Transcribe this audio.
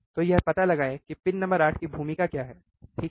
तो यह पता लगाएँ कि पिन नंबर 8 की भूमिका क्या है ठीक है